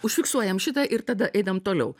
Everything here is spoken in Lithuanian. užfiksuojam šitą ir tada einam toliau